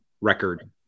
record